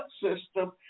system